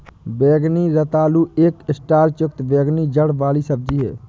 बैंगनी रतालू एक स्टार्च युक्त बैंगनी जड़ वाली सब्जी है